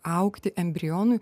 augti embrionui